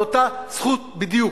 היא אותה זכות בדיוק.